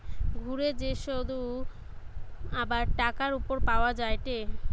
ঘুরে যে শুধ আবার টাকার উপর পাওয়া যায়টে